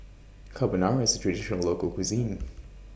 Carbonara IS A Traditional Local Cuisine